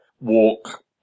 walk